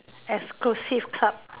exclusive club